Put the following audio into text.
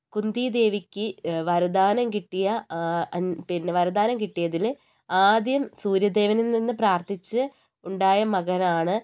കുന്തി ദേവിക്ക് വരദാനം കിട്ടിയ ആ വരദാനം കിട്ടിയതിൽ ആദ്യം സൂര്യദേവനിൽ നിന്ന് പ്രാർത്ഥിച്ച് ഉണ്ടായ മകനാണ്